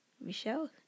michelle